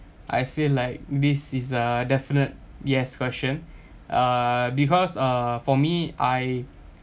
I feel like this is a definite yes question uh because uh for me I